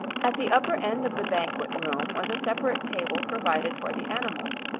at the upper end of the banquet room was a separate table provided for the animals.